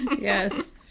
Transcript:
Yes